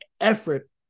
effort